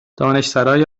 دانشسرای